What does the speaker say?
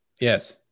Yes